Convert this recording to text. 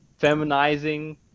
Feminizing